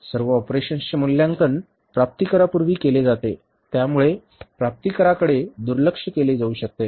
सर्व ऑपरेशन्सचे मूल्यांकन प्राप्तिकरापूर्वी केले जाते त्यामुळे प्राप्तिकराकडे दुर्लक्ष केले जाऊ शकते